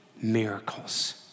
miracles